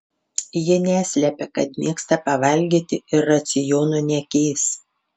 ji neslepia kad mėgsta pavalgyti ir raciono nekeis